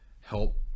help